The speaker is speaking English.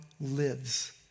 lives